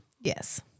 yes